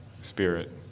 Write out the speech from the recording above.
spirit